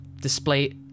display